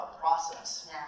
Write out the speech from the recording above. process